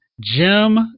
Jim